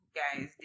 guys